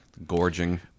gorging